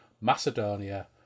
Macedonia